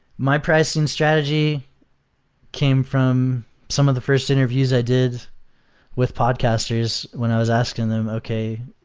my pricing strategy came from some of the first interviews i did with podcasters when i was asking them, okay.